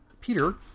Peter